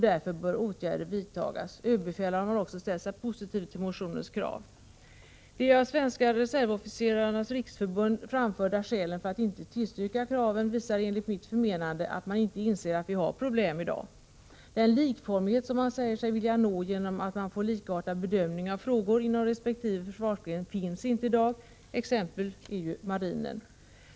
Därför bör åtgärder vidtas. Överbefälhavaren har också ställt sig positiv till motionens krav. De av svenska reservofficerarnas riksförbund, SROF, framförda skälen för att inte tillstyrka kraven visar enligt mitt förmenande att man inte inser att det i dag finns problem. Den likformighet som man säger sig vilja nå genom en likartad bedömning av frågor inom resp. försvarsgren finns inte i dag, t.ex. inom marinen.